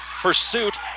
pursuit